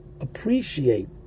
appreciate